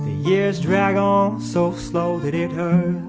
years drag on so slow that it hurts